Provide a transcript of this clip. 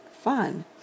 Fun